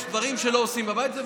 יש דברים שלא עושים בבית הזה.